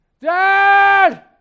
dad